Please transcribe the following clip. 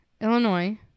Illinois